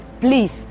Please